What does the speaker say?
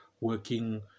working